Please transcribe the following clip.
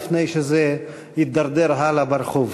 לפני שזה יידרדר הלאה ברחוב.